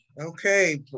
Okay